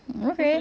okay